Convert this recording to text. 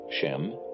Shem